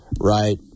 right